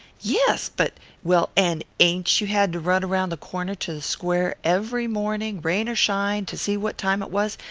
yes, but well, and ain't you had to run round the corner to the square every morning, rain or shine, to see what time it was,